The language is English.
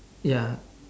ya